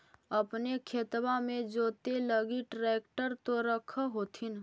अपने खेतबा मे जोते लगी ट्रेक्टर तो रख होथिन?